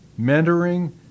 mentoring